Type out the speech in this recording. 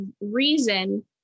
reason